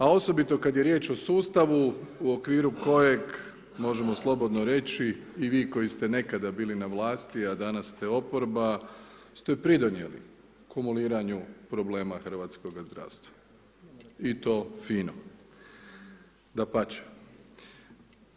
A osobito kad je riječ o sustavu u okviru kojeg možemo slobodno reći i vi koji ste nekada na vlasti a danas ste oporba ste pridonijeli kumuliranju problema hrvatskoga zdravstva i to fino, dapače.